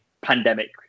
pandemic